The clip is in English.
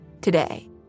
today